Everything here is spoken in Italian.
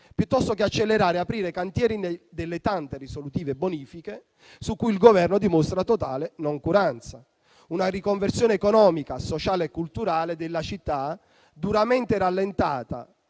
invece che accelerare e aprire cantieri dalle tante risolutive e bonifiche su cui il Governo dimostra la totale noncuranza. Si tratta di una riconversione economica, sociale e culturale della città duramente rallentata,